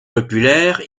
populaire